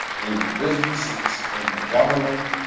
in your businesses, in the government,